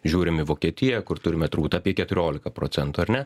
žiūrim į vokietiją kur turime turbūt apie keturiolika procentų ar ne